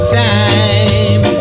time